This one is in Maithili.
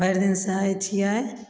भरि दिन सहय छियै